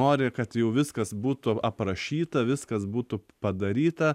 nori kad jau viskas būtų aprašyta viskas būtų padaryta